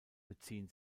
beziehen